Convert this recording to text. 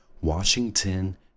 Washington